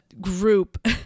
group